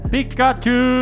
Pikachu